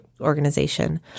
organization